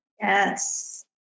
Yes